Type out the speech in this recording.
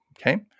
Okay